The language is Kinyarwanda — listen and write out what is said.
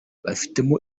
bifitemo